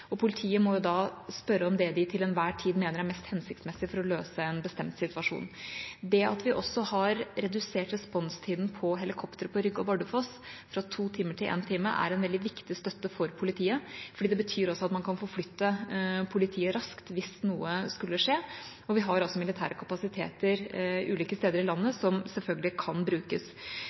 og politiet må da spørre om det de til enhver tid mener er mest hensiktsmessig for å løse en bestemt situasjon. Det at vi også har redusert responstida på helikopter på Rygge og på Bardufoss fra 2 timer til 1 time, er en veldig viktig støtte for politiet. Det betyr at man kan forflytte politiet raskt hvis noe skulle skje, og vi har også militære kapasiteter ulike steder i landet som selvfølgelig kan brukes.